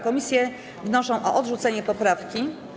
Komisje wnoszą o odrzucenie poprawki.